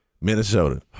Minnesota